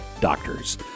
doctors